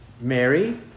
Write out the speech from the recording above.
Mary